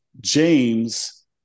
James